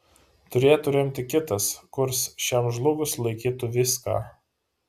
turėtų remti kitas kurs šiam žlugus laikytų viską